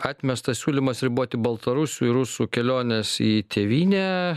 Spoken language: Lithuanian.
atmestas siūlymas riboti baltarusių ir rusų keliones į tėvynę